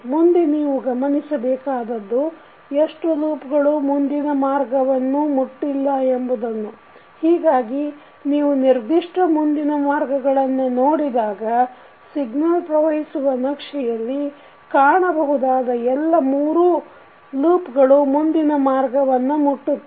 ಮುಂದೆ ನೀವು ಗಮನಿಸಬೇಕಾದದ್ದು ಎಷ್ಟು ಲೂಪ್ಗಳು ಮುಂದಿನ ಮಾರ್ಗವನ್ನು ಮುಟ್ಟಿಲ್ಲ ಎಂಬುದನ್ನು ಹೀಗಾಗಿ ನೀವು ನಿರ್ದಿಷ್ಟ ಮುಂದಿನ ಮಾರ್ಗಗಳನ್ನು ನೋಡಿದಾಗ ಸಿಗ್ನಲ್ ಪ್ರವಹಿಸುವ ನಕ್ಷೆಯಲ್ಲಿ ಕಾಣಬಹುದಾದ ಎಲ್ಲ ಮೂರೂ ಲೂಪ್ಗಳು ಮುಂದಿನ ಮಾರ್ಗವನ್ನು ಮುಟ್ಟತ್ತವೆ